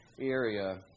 area